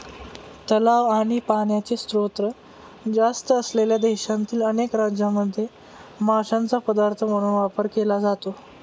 तलाव आणि पाण्याचे स्त्रोत जास्त असलेल्या देशातील अनेक राज्यांमध्ये माशांचा पदार्थ म्हणून वापर केला जातो